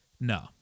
No